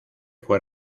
fue